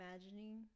imagining